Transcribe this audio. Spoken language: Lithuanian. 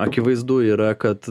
akivaizdu yra kad